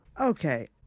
Okay